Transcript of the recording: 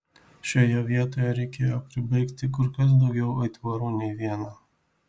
šioje vietoje reikėjo pribaigti kur kas daugiau aitvarų nei vieną